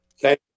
thank